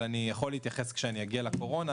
אבל אני יכול להתייחס כשאגיע לקורונה,